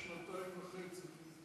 שנתיים וחצי.